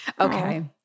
Okay